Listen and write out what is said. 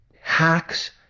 hacks